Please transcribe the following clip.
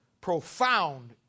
profound